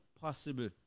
possible